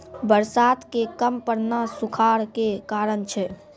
बरसात के कम पड़ना सूखाड़ के कारण छै